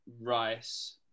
Rice